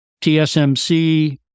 tsmc